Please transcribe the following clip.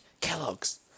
Kellogg's